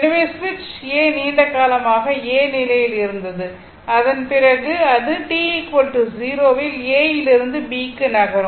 எனவே சுவிட்ச் A நீண்ட காலமாக A நிலையில் இருந்தது அதன் பிறகு அது t 0 இல் A யிலிருந்து B க்கு நகரும்